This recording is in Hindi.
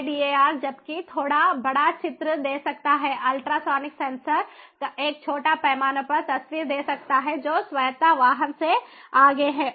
LiDAR जबकि थोड़ा बड़ा चित्र दे सकता है अल्ट्रासोनिक सेंसर एक छोटे पैमाने पर तस्वीर दे सकते हैं जो स्वायत्त वाहन से आगे है